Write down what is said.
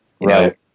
right